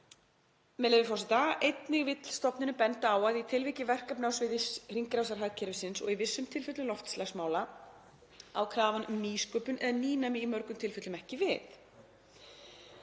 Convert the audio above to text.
Með leyfi forseta: „Einnig vill stofnunin benda á að í tilviki verkefna á sviði hringrásarhagkerfisins, og í vissum tilfellum loftslagsmála, á krafan um nýsköpun eða nýnæmi í mörgum tilfellum ekki við.